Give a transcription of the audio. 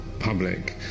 Public